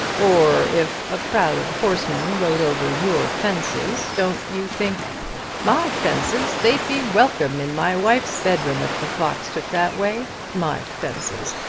or if a crowd of horsemen rode over your fences, don't you think my fences! they'd be welcome in my wife's bedroom if the fox took that way. my fences!